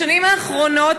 בשנים האחרונות,